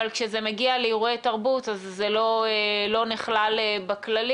אבל כשזה מגיע לאירועי תרבות, זה לא נכלל בכללים.